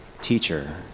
Teacher